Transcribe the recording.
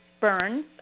Burns